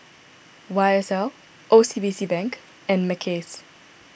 Y S L O C B C Bank and Mackays